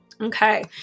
Okay